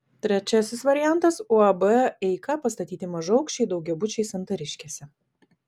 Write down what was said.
trečiasis variantas uab eika pastatyti mažaaukščiai daugiabučiai santariškėse